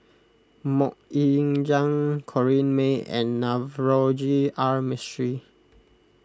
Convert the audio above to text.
Mok Ying Jang Corrinne May and Navroji R Mistri